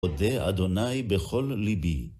אודה, אדוניי, בכל ליבי.